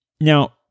Now